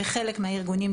בחלק מהארגונים,